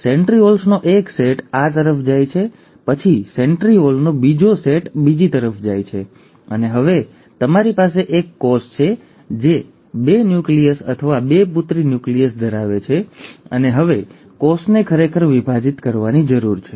સેન્ટ્રિઓલ્સનો એક સેટ એક તરફ જાય છે પછી સેન્ટ્રિઓલનો બીજો સેટ બીજી તરફ જાય છે અને હવે તમારી પાસે એક કોષ છે જે બે ન્યુક્લિયસ અથવા બે પુત્રી ન્યુક્લિયસ ધરાવે છે અને હવે કોષને ખરેખર વિભાજિત કરવાની જરૂર છે